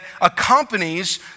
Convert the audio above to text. accompanies